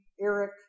Eric